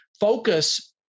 Focus